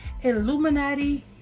Illuminati